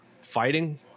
fighting